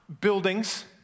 buildings